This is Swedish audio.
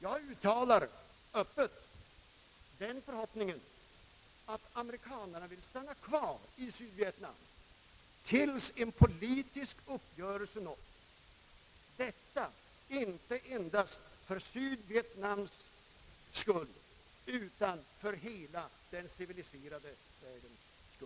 Jag uttalar förhoppningen att amerikanarna vill stanna kvar i Sydvietnam tills en politisk uppgörelse nåtts — detta inte endast för Sydvietnams skull utan för hela den fria världens bästa.